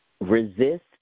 Resist